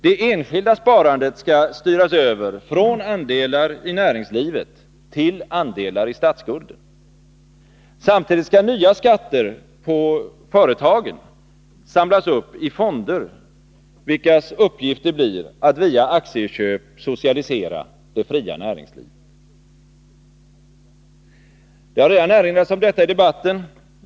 Det enskilda sparandet skall styras över från andelar i näringslivet till andelar i statsskulden. Samtidigt skall nya skatter på företagen samlas upp i fonder, vilkas uppgift det blir att via aktieköp socialisera det fria näringslivet. Det har redan erinrats om detta i debatten.